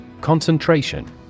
Concentration